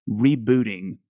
rebooting